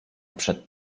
przed